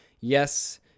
yes